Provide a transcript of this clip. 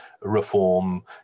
reform